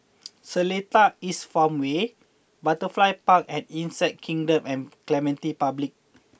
Seletar East Farmway Butterfly Park and Insect Kingdom and Clementi Public